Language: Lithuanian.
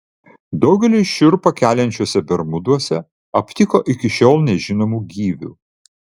daugeliui šiurpą keliančiuose bermuduose aptiko iki šiol nežinomų gyvių